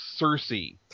Cersei